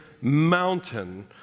mountain